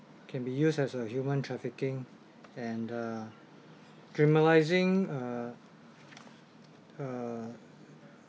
can be used as uh human trafficking and uh criminalizing uh uh